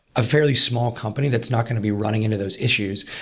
a fairly small company that's not going to be running into those issues.